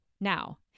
now